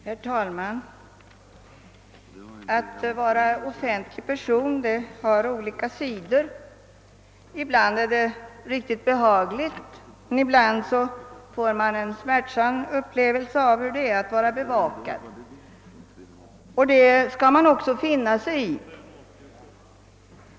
Herr talman! Att vara offentlig person har olika sidor. Ibland är det riktigt behagligt, men ibland får man en smärtsam upplevelse av hur det känns att vara bevakad. Det skall man också finna sig i.